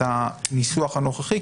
את הניסוח הנוכחי,